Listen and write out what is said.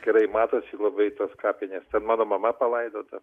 gerai matosi labai tos kapinės ten mano mama palaidota